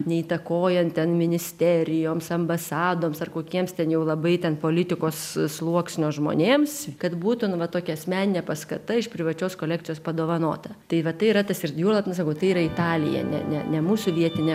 neįtakojant ten ministerijoms ambasadoms ar kokiems ten jau labai ten politikos sluoksnio žmonėms kad būtų nu va tokia asmeninė paskata iš privačios kolekcijos padovanota tai va tai yra tas ir juolab nu sakau tai yra italija ne ne ne mūsų vietinė